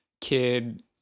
kid